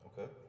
Okay